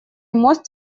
мост